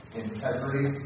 integrity